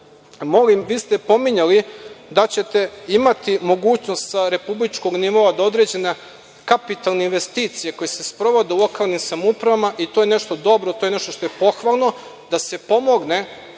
molim, pominjali ste da ćete imati mogućnost sa republičkog nivoa da određene kapitalne investicije koje se sprovode u lokalnim samoupravama, to je nešto dobro i to je nešto što je pohvalno, da se pomogne